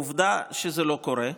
עובדה שזה לא קורה.